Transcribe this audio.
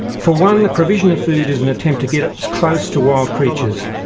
for one the provision of food is an attempt to get ah close to wild creatures,